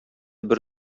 бер